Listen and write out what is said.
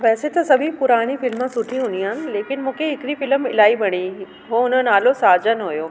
वैसे त सभई पुराणी फिल्म सुठी हूंदी आहिनि लेकिन मूंखे हिकड़ी फिल्म इलाही वणी उहो हुनजो नालो साजन हुओ